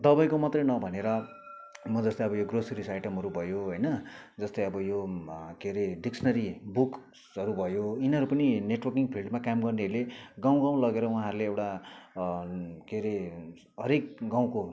दवाईको मात्रै नभनेर म जस्तै अब ग्रोसरिस आइटमहरू भयो हैन जस्तै अब यो डिक्सनरी बुक्सहरू भयो यिनीहरू पनि नेटवर्किङ फिल्डमा काम गर्नेहरूले गाउँ गाउँ लगेर वहाँहरूले एउटा के अरे हरेक गाउँको